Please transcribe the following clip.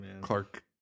Clark